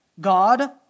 God